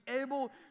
able